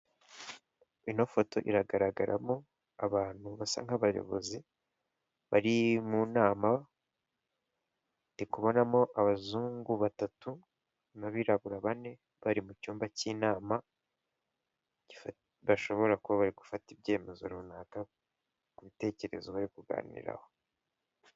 Ino foto iragaragaramo abantu basa nkabayobozi bari mu nama ndi kubonamo abazungu batatu n'abirabura bane bari mu cyumba cy'ina bashobora kuba bari gufata ibyemezo runaka kutekerezo yo kuganiraho.